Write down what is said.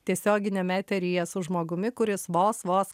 tiesioginiam eteryje su žmogumi kuris vos vos